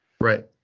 Right